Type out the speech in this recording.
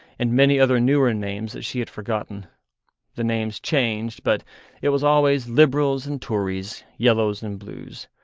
and many other newer names that she had forgotten the names changed, but it was always libruls and toories, yellows and blues.